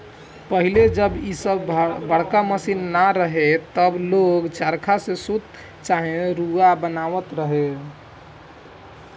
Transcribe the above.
पहिले जब इ सब बड़का मशीन ना रहे तब लोग चरखा से सूत चाहे रुआ काटत रहे